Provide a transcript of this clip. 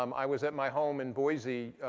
um i was at my home in boise,